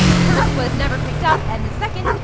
the first was never picked up, and the second,